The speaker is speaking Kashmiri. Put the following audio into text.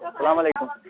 سَلامَ وعلیکُم